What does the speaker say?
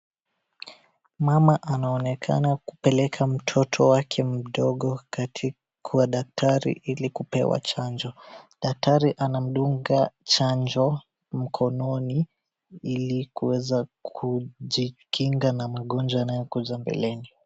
Mama anaonekana kupeleka mtoto wake mdogo katika kwa daktari ili kupewa chanjo. Daktari anamdunda chanjo mkononi ili kuweza kujikinga na magonjwa yanayokuja mbeleni.